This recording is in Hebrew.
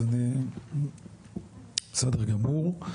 בסדר גמור.